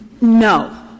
no